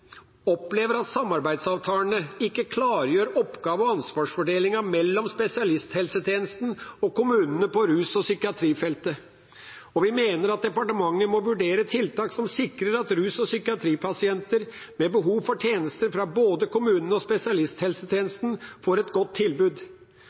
opplever at samarbeidsavtalene ikke klargjør oppgave- og ansvarsfordelingen mellom spesialisthelsetjenesten og kommunene på rus- og psykiatrifeltet, og vi mener at departementet må vurdere tiltak som sikrer at rus- og psykiatripasienter ved behov for tjenester fra både kommunen og